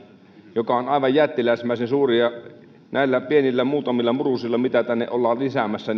joka on aivan jättiläismäisen suuri jokainen tietää että näillä pienillä muutamilla murusilla mitä tänne ollaan lisäämässä